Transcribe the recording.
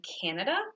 Canada